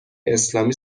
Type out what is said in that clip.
اسلامی